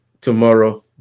tomorrow